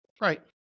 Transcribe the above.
right